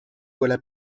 voilà